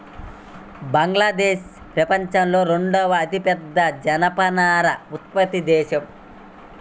బంగ్లాదేశ్ ప్రపంచంలో రెండవ అతిపెద్ద జనపనార ఉత్పత్తి దేశం